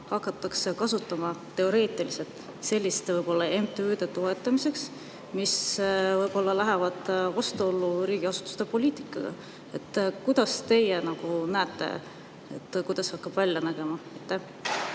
hakatakse kasutama teoreetiliselt võib-olla selliste MTÜ-de toetamiseks, mis lähevad vastuollu riigiasutuste poliitikaga. Kuidas teie näete, kuidas see hakkab välja nägema?